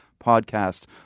podcast